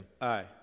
Aye